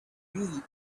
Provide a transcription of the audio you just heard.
read